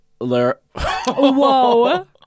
Whoa